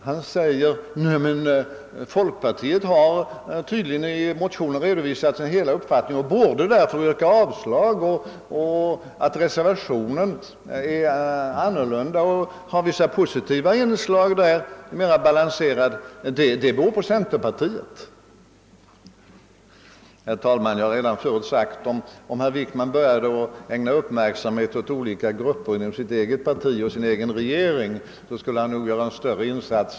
Han säger i stället: Folkpartiet har tydligen i motionen redovisat hela sin uppfattning och borde därför yrka avslag. Att reservationen är annorlunda och har vissa mera balanserade, positiva inslag beror på centerpartiet. Jag har redan förut sagt att om herr Wickman började ägna uppmärksamhet åt olika grupper inom sitt eget parti och sin egen regering skulle han nog göra en större insats.